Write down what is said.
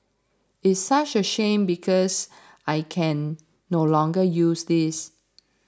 it's such a shame because I can no longer use this